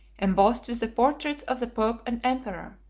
embossed with the portraits of the pope and emperor,